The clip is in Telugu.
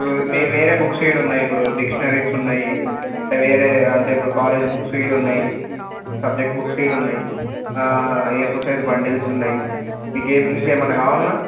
ఇప్పుడు మీరు వేరే బుక్సు ఇక్కడున్నాయి ఇప్పుడు డిక్షనరీస్ ఉన్నాయి అంటే వేరే అంటే ఇప్పుడు కాలేజ్ బుక్సు ఇక్కడున్నాయి సబ్జెక్ట్ బుక్సు ఇక్కడున్నాయి ఎ ఫోర్ సైజు బండెల్స్ ఉన్నాయి ఇంకేం ఇంకేమన్నా కావాల్నా